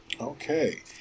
Okay